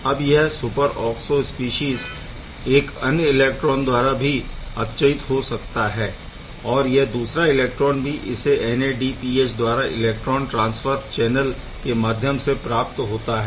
अब यह superoxide species एक अन्य इलेक्ट्रॉन द्वारा भी अपचयित हो सकता है और यह दूसरा इलेक्ट्रॉन भी इसे NADPH द्वारा इलेक्ट्रॉन ट्रान्सफर चैनल के माध्यम से प्राप्त होता है